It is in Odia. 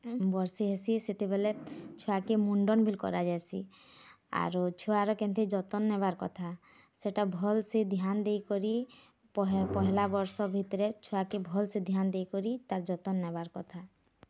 ବର୍ଷେ ହେସି ସେତେେବଲେ ଛୁଆକେ ମୁଣ୍ଡନ୍ ବିଲ୍ କରାଯାସି ଆରୁ ଛୁଆର୍ କେନ୍ତି ଯତନ୍ ନେବାର୍ କଥା ସେଇଟା ଭଲସେ ଧ୍ୟାନ୍ ଦେଇକରି ପହେଲା ବର୍ଷ ଭିତରେ ଛୁଆକେ ଭଲସେ ଧ୍ୟାନ୍ ଦେଇକରି ତାର୍ ଯତନ୍ ନେବାର୍ କଥା